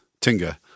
tinga